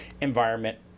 environment